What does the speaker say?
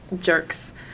jerks